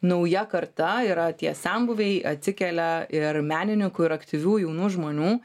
nauja karta yra tie senbuviai atsikelia ir menininkų ir aktyvių jaunų žmonių